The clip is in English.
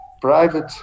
private